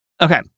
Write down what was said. Okay